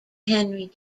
henry